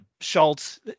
Schultz